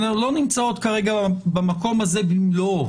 הן לא נמצאות כרגע במקום הזה במלואו,